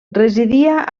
residia